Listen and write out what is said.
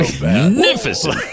magnificent